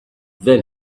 then